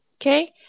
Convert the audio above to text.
okay